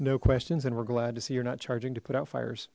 no questions and we're glad to see you're not charging to put out f